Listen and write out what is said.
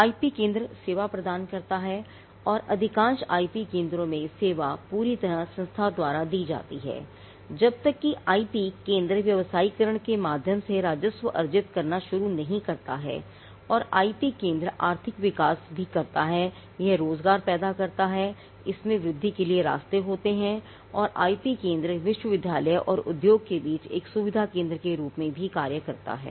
IP केंद्र सेवा प्रदान करता है और अधिकांश आईपी केंद्रों में सेवा पूरी तरह से संस्था द्वारा दी जाती है जब तक कि आईपी केंद्र व्यावसायीकरण के माध्यम से राजस्व अर्जित करना शुरू नहीं करता है और आईपी केंद्र आर्थिक विकास भी करता है यह रोजगार पैदा करता है इसमें वृद्धि के लिए रास्ते हैं और आईपी केंद्र विश्वविद्यालय और उद्योग के बीच एक सुविधा केंद्र के रूप में भी कार्य करता है